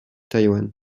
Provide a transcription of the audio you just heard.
taïwan